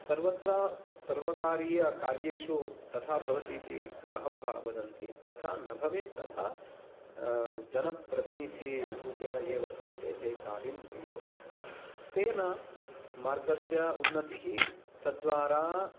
सर्वत्र सर्वकार्यीय कार्येषु तथा भवति इति बहवः वदन्ति तथा न भवेत् तथा जनप्रतिनिधिरूपेण ये वर्तन्ते ते कार्यं कुर्युः तेन मार्गस्य उन्नतिः तद्द्वारा